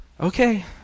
Okay